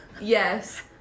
yes